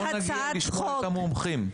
לא נגיע לשמוע את המומחים.